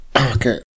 Okay